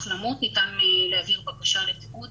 החלמות ניתן להעביר בקשה לתיעוד